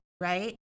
right